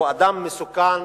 שהוא אדם מסוכן,